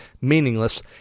meaningless